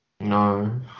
No